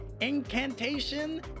Incantation